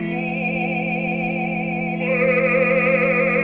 or a